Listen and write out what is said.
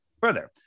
further